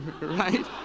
right